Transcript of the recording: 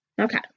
Okay